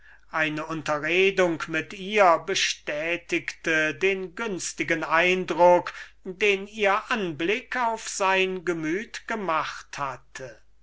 die unterredung die er mit ihr hatte bestätigte den günstigen eindruck den ihr anblick auf sein gemüt gemacht hatte